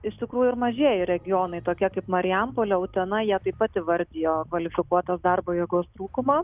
iš tikrųjų ir mažieji regionai tokie kaip marijampolė utena jie taip pat įvardijo kvalifikuotos darbo jėgos trūkumą